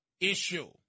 issue